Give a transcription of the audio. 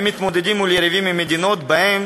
הם מתמודדים עם יריבים ממדינות שבהן